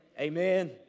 Amen